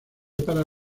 para